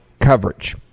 coverage